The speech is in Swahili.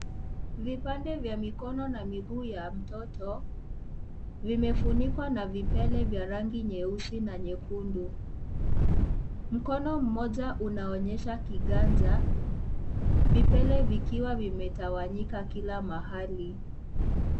Vipande vya mikono na miguu ya mtoto vimefunikwa na vipele vya rangi nyeusi na nyekundu mkono mmoja unaonyesha kiganja vipele vikiwa vimetawanyika kila mahali.